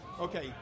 Okay